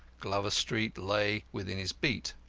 glover street lay within his beat.